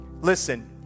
Listen